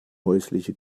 häusliche